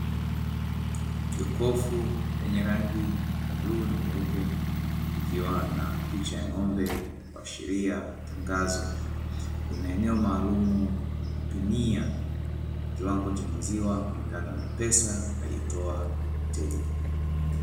Jokofu lenye rangi nyekundu na nyeupe ikiwa na picha ya ng'ombe kuasharia tangazo. Lina eneo maalumu la kupimia kiwango cha maziwa kulingana na pesa aliyetoa mteja.